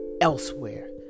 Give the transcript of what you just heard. elsewhere